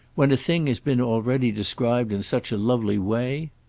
when a thing has been already described in such a lovely way!